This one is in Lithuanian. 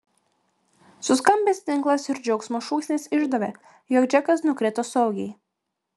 suskambęs tinklas ir džiaugsmo šūksnis išdavė jog džekas nukrito saugiai